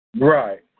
right